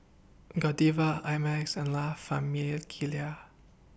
Godiva I Max and La Famiglia